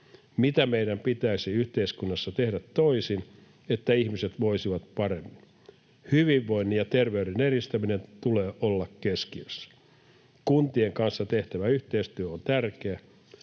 Mitä meidän pitäisi yhteiskunnassa tehdä toisin, että ihmiset voisivat paremmin? Hyvinvoinnin ja terveyden edistämisen tulee olla keskiössä. Kuntien kanssa tehtävä yhteistyö on tärkeää.